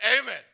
Amen